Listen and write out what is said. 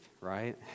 right